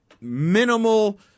minimal